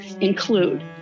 include